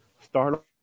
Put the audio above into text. Start